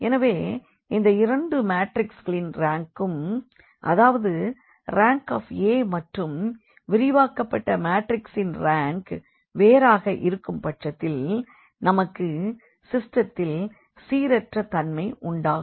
எனவே இந்த இரண்டு மாற்றிக்ஸ்களின் ரேங்க்கும் அதாவது RankAமற்றும் விரிவாக்கபட்ட மாற்றிக்ஸின் ரேங்க் வேறாக இருக்கும் பட்சத்தில் நமக்கு சிஸ்டத்தில் சீரற்ற தன்மை உண்டாகும்